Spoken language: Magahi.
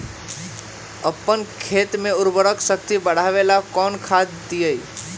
अपन खेत के उर्वरक शक्ति बढावेला कौन खाद दीये?